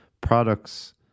products